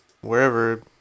wherever